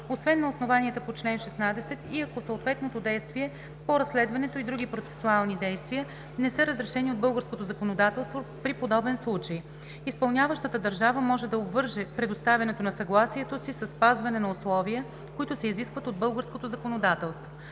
освен на основанията по чл. 16, и ако съответното действие по разследването и други процесуални действия не са разрешени от българското законодателство при подобен случай. Изпълняващата държава може да обвърже предоставянето на съгласието си със спазване на условия, които се изискват от българското законодателство.